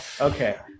Okay